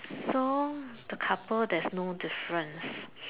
so the couple there's no difference